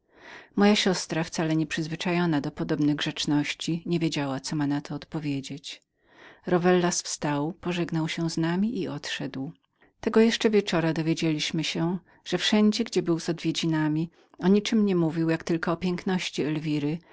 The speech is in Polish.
moja siostra wcale nie przyzwyczajona do podobnych grzeczności niewiedziała co ma na to odpowiedzieć rowellas wstał pożegnał się z nami i odszedł tego jeszcze wieczora dowiedzieliśmy się że wszędzie gdzie był z odwiedzinami o niczem nie mówił jak tylko